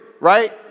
right